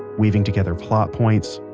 weaving together plot points,